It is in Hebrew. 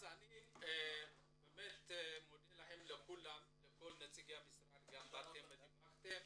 אני מודה לכל נציגי המשרדים שדיווחו,